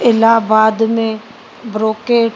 इलाहबाद में ब्रोकेट